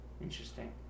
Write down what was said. Interesting